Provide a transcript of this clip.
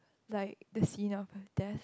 like the scene of her desk